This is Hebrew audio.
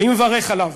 אני מברך עליו.